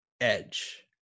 edge